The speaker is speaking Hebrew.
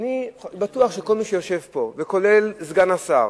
ואני בטוח שכל מי שיושב פה, כולל סגן השר,